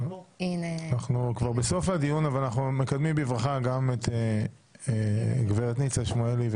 אנחנו כבר בסוף הדיון אבל אנחנו מקדמים בברכה גם את גברת ניצה שמואלי,